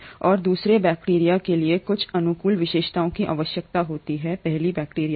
और दूसरे बैक्टीरिया के लिए कुछ अनुकूल विशेषताओं की आवश्यकता होती है पहला बैक्टीरिया कि